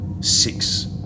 six